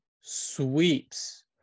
sweeps